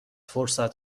فرصت